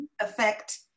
affect